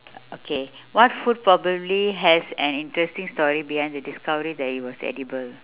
okay what food probably has an interesting story behind the discovery that it was edible